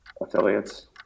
Affiliates